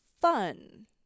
Fun